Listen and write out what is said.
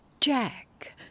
Jack